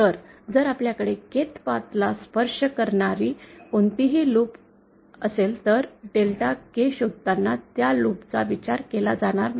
तर जर आपल्याकडे Kth पाथ ला स्पर्श करणारी कोणतीही लूप असेल तर डेल्टा k शोधताना त्या लूप चा विचार केला जाणार नाही